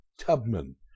Tubman